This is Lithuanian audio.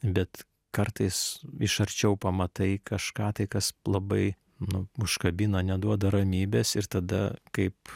bet kartais iš arčiau pamatai kažką tai kas labai nu užkabina neduoda ramybės ir tada kaip